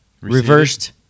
reversed